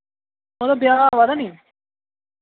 ओह्दा ब्याह् आवा दा निं